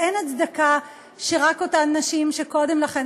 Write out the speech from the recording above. ואין הצדקה שרק אותן נשים שקודם לכן